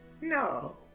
No